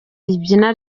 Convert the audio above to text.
ribyina